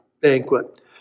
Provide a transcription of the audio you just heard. banquet